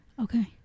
Okay